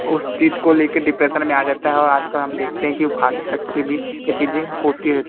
उस चीज को ले के डिप्रेशन में आ जाता है और आजकल हम देखते हैं कि फांसी तक की भी यह चीज़ें होती रहती